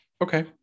Okay